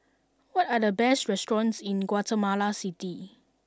what are the best restaurants in Guatemala City